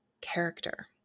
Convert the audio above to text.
character